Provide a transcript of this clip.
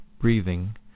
breathing